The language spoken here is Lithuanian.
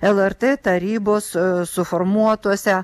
lrt tarybos suformuotuose